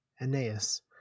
Aeneas